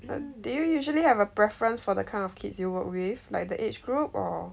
but do you usually have a preference for the kind of kids you work with like the age group or